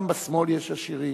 גם בשמאל יש עשירים.